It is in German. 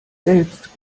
selbst